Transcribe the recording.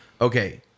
Okay